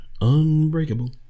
unbreakable